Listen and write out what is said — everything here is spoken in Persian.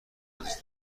نزدیک